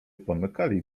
pomykali